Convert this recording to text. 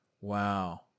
wow